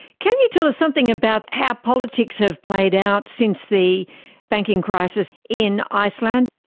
can you tell us something about how politics have played out since the banking crisis in iceland?